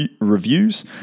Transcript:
reviews